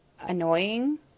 annoying